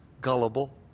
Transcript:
gullible